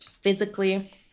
physically